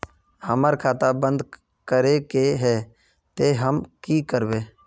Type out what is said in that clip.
हमर खाता बंद करे के है ते हम की करबे?